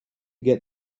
get